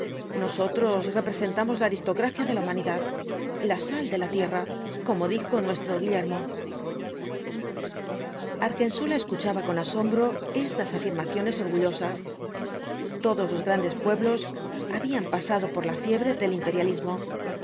nosotros representamos la aristocracia de la humanidad la sal de la tierra como dijo nuestro guillermo argensola escuchaba con asombro estas afirmaciones orguuosas todos los grandes pueblos habían pasado por la fiebre del imperialismo